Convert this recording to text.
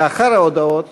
לאחר ההודעות